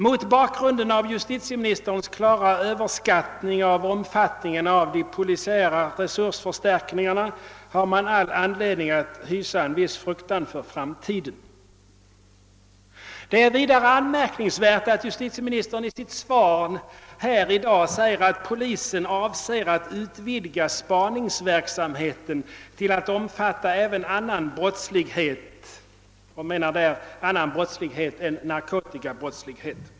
Mot bakgrund av justitieministerns klara överskattning av omfattningen av de polisiära resursförstärkningarna har man all anledning att hysa en viss fruktan för framtiden. Det är vidare anmärkningsvärt att justitieministern i sitt svar här i dag säger att polisen avser att utvidga spaningsverksamheten till att omfatta även annan brottslighet än narkotikabrottslighet.